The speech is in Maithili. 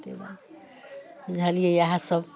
बुझलियै इएह सभ